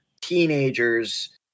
teenagers